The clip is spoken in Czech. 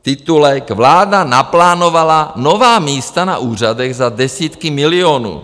Titulek: Vláda naplánovala nová místa na úřadech za desítky milionů.